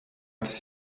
tas